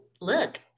look